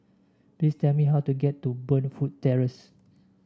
please tell me how to get to Burnfoot Terrace